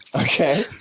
Okay